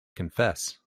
confess